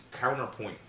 counterpoint